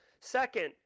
Second